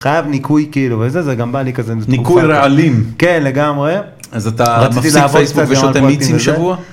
חייב ניקוי כאילו וזה זה גם בא לי כזה ניקוי רעלים כן לגמרי אז אתה רציתי לעבוד פייסבוק ושאתה מיצים שבוע.